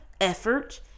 effort